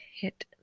hit